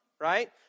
right